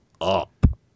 up